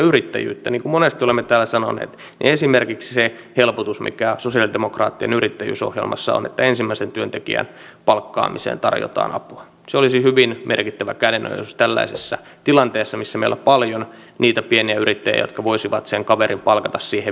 niin kuin monesti olemme täällä sanoneet esimerkiksi se helpotus mikä sosialidemokraattien yrittäjyysohjelmassa on että ensimmäisen työntekijän palkkaamiseen tarjotaan apua olisi hyvin merkittävä kädenojennus tällaisessa tilanteessa missä meillä on paljon niitä pieniä yrittäjiä jotka voisivat sen kaverin palkata siihen viereen